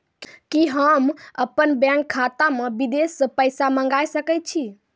कि होम अपन बैंक खाता मे विदेश से पैसा मंगाय सकै छी?